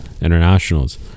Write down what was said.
internationals